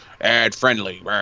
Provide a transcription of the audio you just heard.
ad-friendly